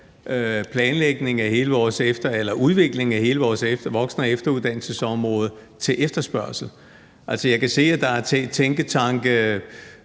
hvis vi alene bare overlader udviklingen af hele vores voksen- og efteruddannelsesområde til efterspørgslen? Jeg kan se, at der er tænketanke